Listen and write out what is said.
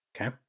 Okay